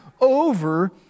over